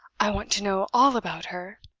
i want to know all about her,